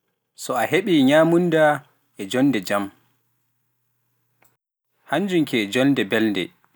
So a heɓii nyaamunnda e jonnde jam, hannjum ke jonnde mbelnde.